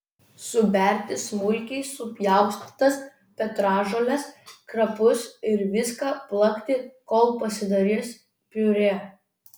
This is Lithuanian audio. suberti smulkiai supjaustytas petražoles krapus ir viską plakti kol pasidarys piurė